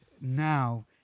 now